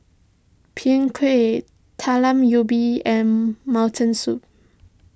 Png Kueh Talam Ubi and Mutton Soup